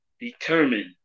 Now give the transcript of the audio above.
determined